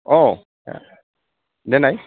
औ देनाय